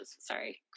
Sorry